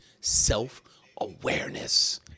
self-awareness